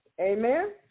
Amen